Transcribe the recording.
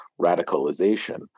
radicalization